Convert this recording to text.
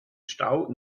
stau